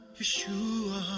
Yeshua